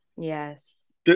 Yes